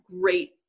great